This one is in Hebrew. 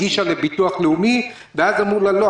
הגישה בקשה לביטוח הלאומי ואז אמרו לה: לא,